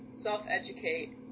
self-educate